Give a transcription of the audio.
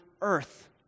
earth